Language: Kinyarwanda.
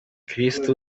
kristu